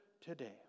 today